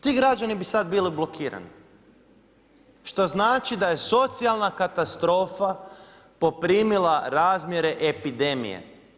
Ti građani bi bili sada blokirani što znači da je socijalna katastrofa poprimila razmjere epidemije.